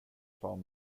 plan